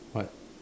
what